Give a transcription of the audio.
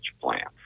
plant